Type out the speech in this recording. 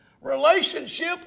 Relationship